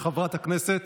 של חברת הכנסת